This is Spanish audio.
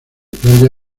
playa